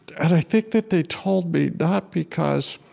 and i think that they told me not because